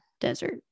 desert